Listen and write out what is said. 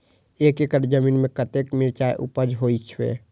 एक एकड़ जमीन में कतेक मिरचाय उपज होई छै?